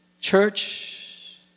Church